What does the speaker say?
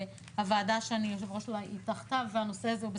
שהוועדה שאני היושב-ראש שלה היא תחתיו,